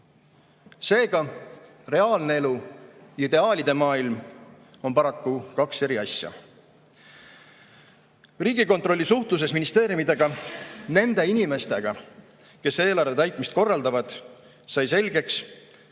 Seega, reaalne elu ja ideaalide maailm on paraku kaks eri asja. Riigikontrolli suhtluses ministeeriumidega, nende inimestega, kes eelarve täitmist korraldavad, sai selgeks, et